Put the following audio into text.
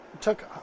took